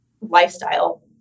lifestyle